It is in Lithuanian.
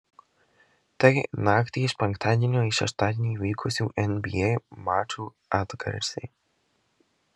tai naktį iš penktadienio į šeštadienį vykusių nba mačų atgarsiai